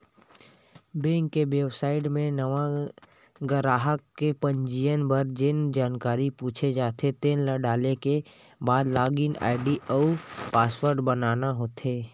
bank के website म नवा गराहक के पंजीयन बर जेन जानकारी पूछे जाथे तेन ल डाले के बाद लॉगिन आईडी अउ पासवर्ड बनाना होथे